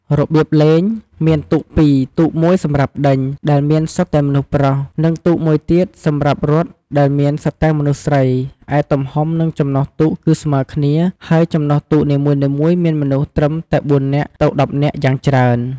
របៀបលេង មានទូកពីរ, ទូក១ សម្រាប់ដេញ ដែលមានសុទ្ធតែមនុស្សប្រុស និងទូក១ទៀតសម្រាប់រត់ដែលមានសុទ្ធតែមនុស្សស្រី ឯទំហំនឹងចំណុះទូកគឺស្មើគ្នា ហើយចំណុះទូកនីមួយៗមានមនុស្សត្រឹមតែ ៤ នាក់ ទៅ ១០ នាក់យ៉ាងច្រើន ។